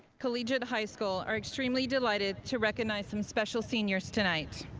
collegiate high school are extremely delighted to recognize some special seniors tonight.